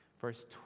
verse